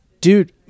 dude